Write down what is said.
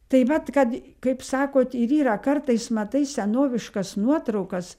tai vat kad kaip sakot ir yra kartais matai senoviškas nuotraukas